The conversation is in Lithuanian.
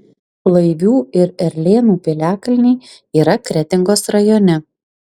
laivių ir erlėnų piliakalniai yra kretingos rajone